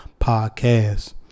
Podcast